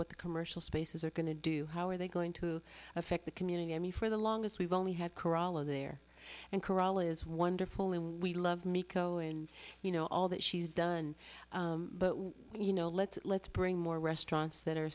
what the commercial spaces are going to do how are they going to affect the community i mean for the longest we've only had carollo there and corolla is wonderful and we love me co and you know all that she's done but you know let's let's bring more restaurants that are